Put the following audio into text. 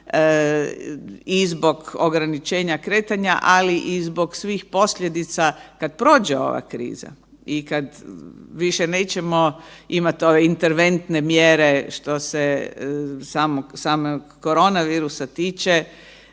i zbog ograničenja kretanja, ali i zbog svih posljedica kad prođe ova kriza i kad više nećemo imati ove interventne mjere što se samog koronavirusa tiče,